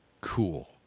cool